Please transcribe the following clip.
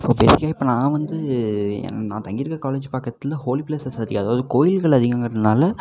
so பேஸிக்காகவே இப்போ நான் வந்து என் நான் தங்கியிருக்க காலேஜ் பக்கத்தில் ஹோலி ப்ளேசஸ் அதி அதாவது கோயில்கள் அதிகங்கறதுனால